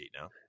now